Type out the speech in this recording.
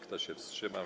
Kto się wstrzymał?